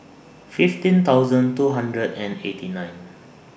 fifteen thousand two hundred and eighty nine